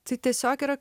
tai tiesiog yra